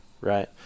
right